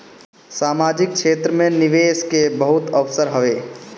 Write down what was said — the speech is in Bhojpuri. सामाजिक क्षेत्र में निवेश के बहुते अवसर हवे